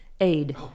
aid